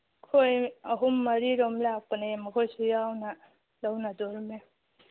ꯑꯩꯈꯣꯏ ꯑꯍꯨꯝ ꯃꯔꯤꯔꯣꯝ ꯂꯥꯛꯄꯅꯤ ꯃꯈꯣꯏꯁꯨ ꯌꯥꯎꯅ ꯂꯧꯅꯗꯣꯔꯤꯃꯤ